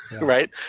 right